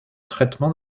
traitement